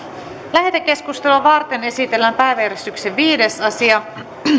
lähetekeskustelua varten esitellään päiväjärjestyksen viides asia